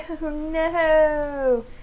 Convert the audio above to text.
no